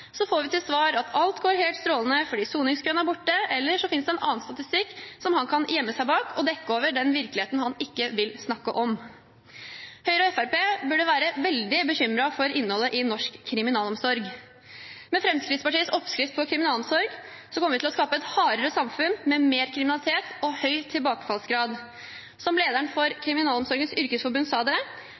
så finnes det en annen statistikk som han kan gjemme seg bak, og dekke over den virkeligheten han ikke vil snakke om. Høyre og Fremskrittspartiet burde være veldig bekymret for innholdet i norsk kriminalomsorg. Med Fremskrittspartiets oppskrift på kriminalomsorg kommer vi til å skape et hardere samfunn, med mer kriminalitet og høy tilbakefallsgrad. Som lederen for Kriminalomsorgens Yrkesforbund sa det: